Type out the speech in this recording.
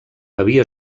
havia